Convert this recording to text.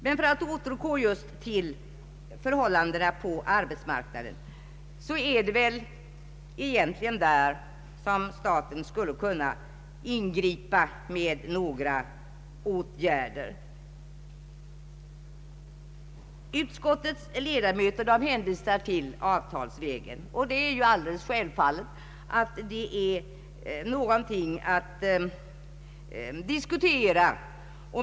Men för att återgå just till förhållandena på arbetsmarknaden är det väl egentligen där som staten skulle kunna ingripa med några åtgärder. Utskottets ledamöter hänvisar till avtalsvägen, och det är alldeles självfallet någonting att diskutera.